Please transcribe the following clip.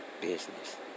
Business